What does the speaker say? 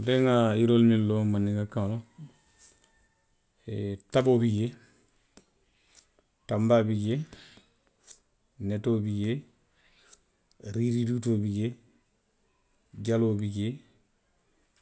Nte nŋa yiroolu minnu loŋ mandinka kaŋo to,, taboo bi jee. tanbaa bi jee. netoo bi jee. riiriidutoo bi jee, jaloo bi jee.